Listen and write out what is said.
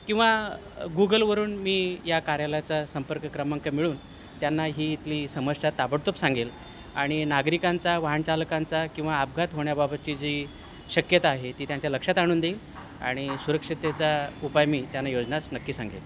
किंवा गुगलवरून मी या कार्यालयाचा संपर्क क्रमांक मिळवून त्यांना ही इथली समस्या ताबडतोब सांगेल आणि नागरिकांचा वाहन चालकांचा किंवा आपघात होण्याबाबतची जी शक्यता आहे ती त्यांच्या लक्षात आणून देईल आणि सुरक्षिततेचा उपाय मी त्यांना योजना नक्की सांगेल